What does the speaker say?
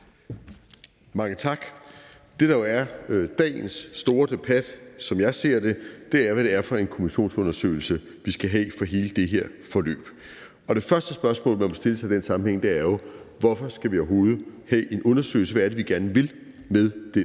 Mange tak. Det, der er dagens store debat, er, som jeg ser det, hvad det er for en kommissionsundersøgelse, vi skal have for hele det her forløb. Det første spørgsmål, man må stille sig i den sammenhæng, er jo: Hvorfor skal vi overhovedet have en undersøgelse? Hvad er det, vi gerne vil med den